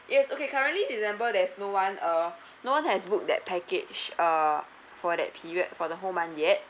yes okay currently december there's no one uh no one has booked that package uh for that period for the whole month yet